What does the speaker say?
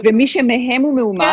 מי שמהם הוא מאומת,